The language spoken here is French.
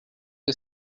que